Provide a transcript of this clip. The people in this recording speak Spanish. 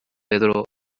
pedro